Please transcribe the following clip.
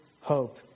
hope